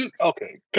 Okay